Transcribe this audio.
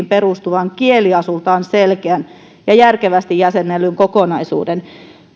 perustuvan kieliasultaan selkeän ja järkevästi jäsennellyn kokonaisuuden